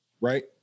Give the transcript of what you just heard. Right